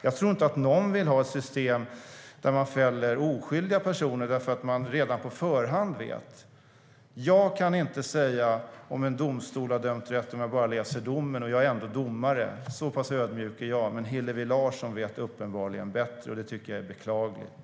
Jag tror inte att någon vill ha ett system där man fäller oskyldiga personer därför att man redan på förhand vet. Jag kan inte säga om en domstol har dömt rätt om jag bara läser domen, och jag är ändå domare. Så pass ödmjuk är jag. Men Hillevi Larsson tycker uppenbarligen att hon vet bättre, och det tycker jag är beklagligt.